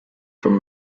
from